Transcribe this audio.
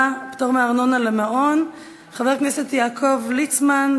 (פטורין) (פטור מארנונה למעון) חבר הכנסת יעקב ליצמן,